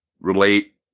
relate